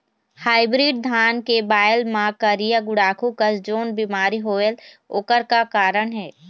Hybrid धान के बायेल मां करिया गुड़ाखू कस जोन बीमारी होएल ओकर का कारण हे?